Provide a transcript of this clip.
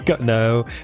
no